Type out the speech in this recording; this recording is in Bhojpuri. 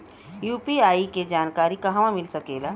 यू.पी.आई के जानकारी कहवा मिल सकेले?